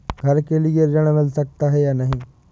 घर के लिए ऋण मिल सकता है या नहीं?